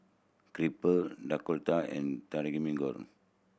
Crepe Dhokla and Takikomi Gohan